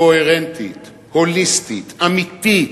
קוהרנטית, הוליסטית, אמיתית,